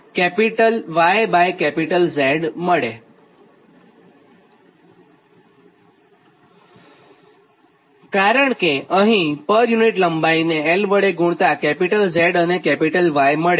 કારણ કે અહીં પર યુનિટ લંબાઈને 𝑙 વડે ગુણતા Z અને Y મળે